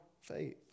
faith